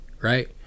right